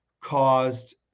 caused